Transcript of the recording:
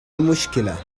المشكلة